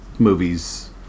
movies